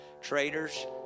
Traitors